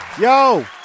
Yo